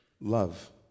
Love